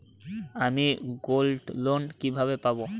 আমি গোল্ডলোন কিভাবে পাব?